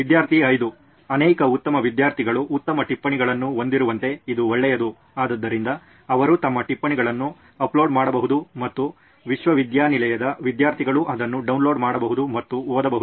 ವಿದ್ಯಾರ್ಥಿ 5 ಅನೇಕ ಉತ್ತಮ ವಿದ್ಯಾರ್ಥಿಗಳು ಉತ್ತಮ ಟಿಪ್ಪಣಿಗಳನ್ನು ಹೊಂದಿರುವಂತೆ ಇದು ಒಳ್ಳೆಯದು ಆದ್ದರಿಂದ ಅವರು ತಮ್ಮ ಟಿಪ್ಪಣಿಗಳನ್ನು ಅಪ್ಲೋಡ್ ಮಾಡಬಹುದು ಮತ್ತು ವಿಶ್ವವಿದ್ಯಾಲಯದ ವಿದ್ಯಾರ್ಥಿಗಳು ಅದನ್ನು ಡೌನ್ಲೋಡ್ ಮಾಡಬಹುದು ಮತ್ತು ಓದಬಹುದು